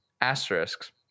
Asterisks